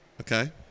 Okay